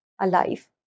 alive